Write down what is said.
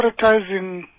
prioritizing